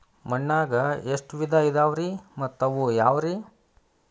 ಮಣ್ಣಾಗ ಎಷ್ಟ ವಿಧ ಇದಾವ್ರಿ ಮತ್ತ ಅವು ಯಾವ್ರೇ?